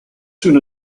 soon